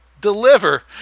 deliver